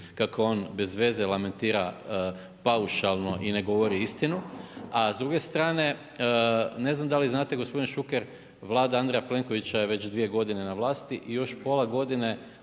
kako on bezveze lamentira paušalno i ne govori istinu. A s druge strane, ne znam da li znate gospodin Šuker, Vlada Andreja Plenkovića je već dvije godine na vlasti i još pola godine